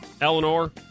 Eleanor